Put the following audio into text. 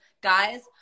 guys